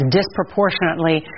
disproportionately